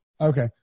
Okay